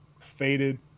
Faded